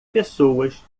pessoas